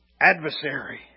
adversary